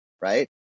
right